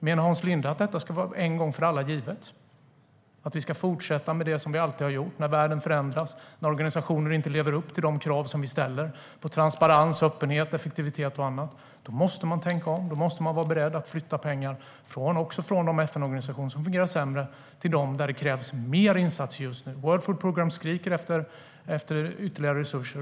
Menar Hans Linde att detta ska vara en gång för alla givet? Ska vi fortsätta med det vi alltid har gjort när världen förändras? När organisationer inte lever upp till de krav på transparens, öppenhet, effektivitet och annat vi ställer måste man tänka om. Då måste man tänka om, och då måste man vara beredd att flytta pengar från de FN-organisationer som fungerar sämre till dem där det krävs mer insatser just nu. World Food Programme skriker efter ytterligare resurser.